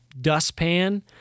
dustpan